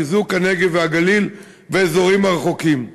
חיזוק הנגב והגליל והאזורים הרחוקים.